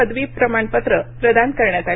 पदवी प्रमाणपत्र प्रदान करण्यात आली